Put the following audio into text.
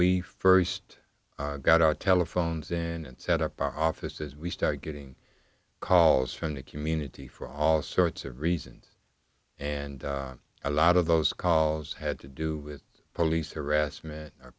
we first got our telephones in set up our offices we started getting calls from the community for all sorts of reasons and a lot of those columns had to do with police harassment or